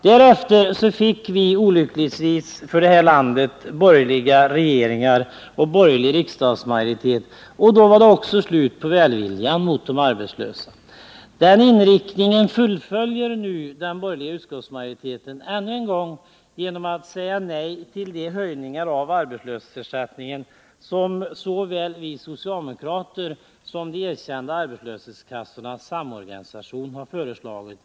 Därefter fick vi olyckligtvis borgerliga regeringar och borgerlig riksdagsmajoritet, och då var det också slut på välviljan mot de arbetslösa. Denna politik fullföljer nu den borgerliga utskottsmajoriteten genom att säga nej till de höjningar av arbetslöshetsersättningen som såväl vi socialdemokrater som de erkända arbetslöshetskassornas samorganisation har föreslagit.